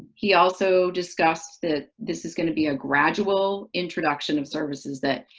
he also discussed that this is going to be a gradual introduction of services that,